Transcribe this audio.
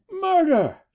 murder